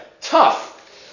Tough